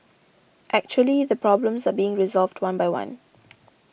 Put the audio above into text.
actually the problems are being resolved one by one